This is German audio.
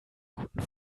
guten